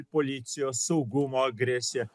policijos saugumo agresija